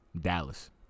Dallas